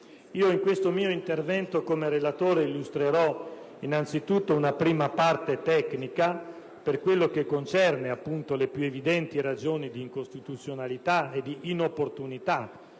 In questo mio intervento come relatore di minoranza illustrerò anzitutto una prima parte tecnica, per quello che concerne le più evidenti ragioni di incostituzionalità e di inopportunità